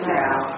now